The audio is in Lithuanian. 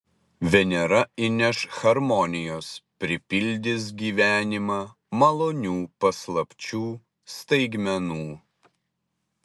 venera įneš harmonijos pripildys gyvenimą malonių paslapčių staigmenų